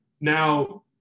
now